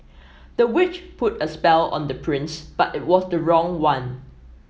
the witch put a spell on the prince but it was the wrong one